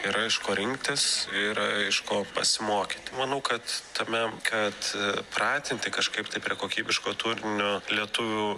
yra iš ko rinktis yra iš ko pasimokyti manau kad tame kad pratinti kažkaip tai prie kokybiško turinio lietuvių